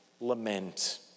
lament